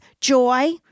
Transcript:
joy